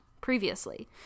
previously